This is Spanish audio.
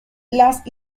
las